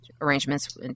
Arrangements